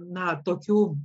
na tokių